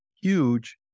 huge